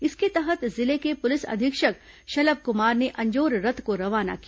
इसके तहत जिले के पुलिस अधीक्षक शलभ कुमार ने अंजोर रथ को रवाना किया